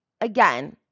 again